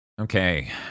Okay